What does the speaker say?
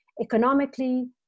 economically